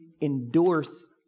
endorse